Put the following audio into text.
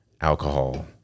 alcohol